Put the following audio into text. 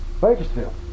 Bakersfield